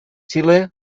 chile